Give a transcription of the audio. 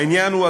העניין הוא,